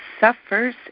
suffers